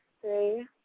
three